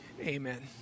Amen